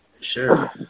Sure